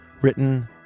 written